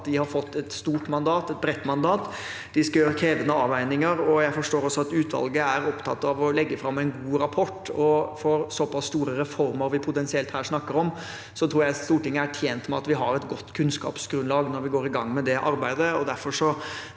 de har fått et stort og bredt mandat. De skal gjøre krevende avveininger. Jeg forstår også at utvalget er opptatt av å legge fram en god rapport. For såpass store reformer vi potensielt snakker om her, tror jeg Stortinget er tjent med at vi har et godt kunnskapsgrunnlag når vi går i gang med det arbeidet.